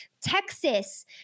Texas